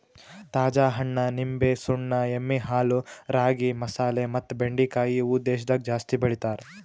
ತಾಜಾ ಹಣ್ಣ, ನಿಂಬೆ, ಸುಣ್ಣ, ಎಮ್ಮಿ ಹಾಲು, ರಾಗಿ, ಮಸಾಲೆ ಮತ್ತ ಬೆಂಡಿಕಾಯಿ ಇವು ದೇಶದಾಗ ಜಾಸ್ತಿ ಬೆಳಿತಾರ್